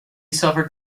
suffered